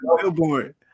billboard